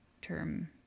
term